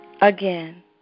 Again